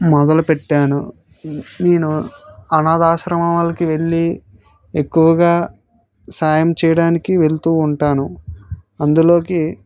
మొదలు పెట్టాను నేను అనాథ ఆశ్రమాలకి వెళ్ళి ఎక్కువగా సాయం చేయడానికి వెళుతు ఉంటాను అందులో